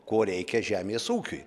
ko reikia žemės ūkiui